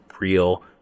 real